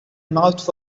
mouth